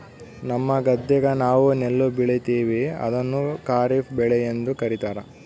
ನಮ್ಮ ಗದ್ದೆಗ ನಾವು ನೆಲ್ಲು ಬೆಳೀತೀವಿ, ಅದನ್ನು ಖಾರಿಫ್ ಬೆಳೆಯೆಂದು ಕರಿತಾರಾ